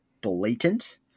blatant